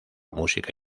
música